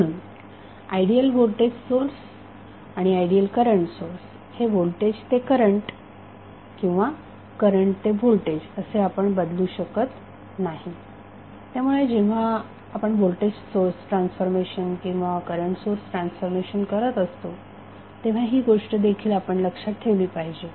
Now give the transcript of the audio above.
म्हणून ideal voltage source आणि ideal current source हे व्होल्टेज ते करंट किंवा करंट ते व्होल्टेज असे आपण बदलू शकत नाही त्यामुळे जेव्हा आपण व्होल्टेज सोर्स ट्रान्सफॉर्मेशन किंवा करंट सोर्स ट्रान्सफॉर्मेशन करत असतो तेव्हा ही गोष्ट देखील आपण लक्षात ठेवली पाहिजे